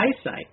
eyesight